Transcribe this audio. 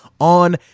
on